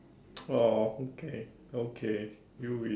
!aww! okay okay you win